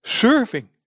serving